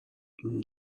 این